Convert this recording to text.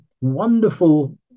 wonderful